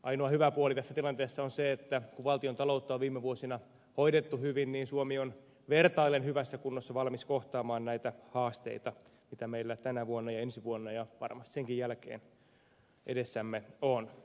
ainoa hyvä puoli tässä tilanteessa on se että kun valtiontaloutta on viime vuosina hoidettu hyvin niin suomi on vertaillen hyvässä kunnossa valmis kohtaamaan näitä haasteita mitä meillä tänä vuonna ensi vuonna ja varmasti senkin jälkeen edessämme on